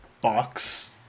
box